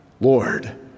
Lord